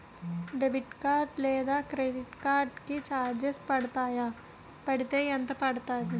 Debit card లేదా credit card కి charges పడతాయా? పడితే ఎంత పడుతుంది?